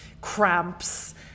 cramps